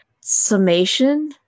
summation